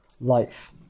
life